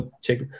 check